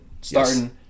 starting